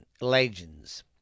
Legends